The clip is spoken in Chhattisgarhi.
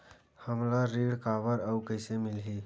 हमला ऋण काबर अउ कइसे मिलही?